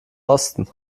osten